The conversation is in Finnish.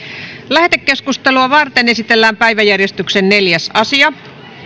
lähetekeskustelua varten esitellään päiväjärjestyksen neljäs asia